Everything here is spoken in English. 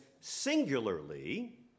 singularly